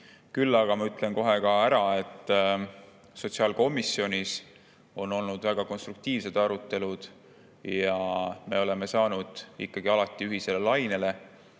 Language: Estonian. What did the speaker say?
Küll aga ütlen ma kohe ära, et sotsiaalkomisjonis on olnud väga konstruktiivsed arutelud ja me oleme saanud alati ühele lainele.